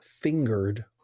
fingered